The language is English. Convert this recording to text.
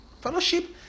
Fellowship